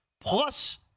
plus